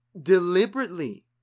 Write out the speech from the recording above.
deliberately